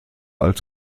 als